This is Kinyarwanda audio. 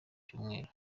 cyumweru